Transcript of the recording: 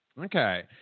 Okay